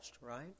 right